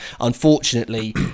unfortunately